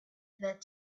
that